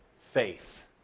faith